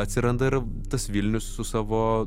atsiranda ir tas vilnius su savo